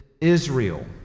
Israel